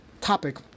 topic